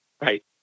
Right